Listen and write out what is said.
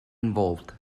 involved